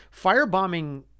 firebombing